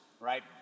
right